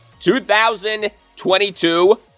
2022